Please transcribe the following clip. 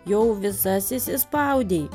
jau visas įsispaudei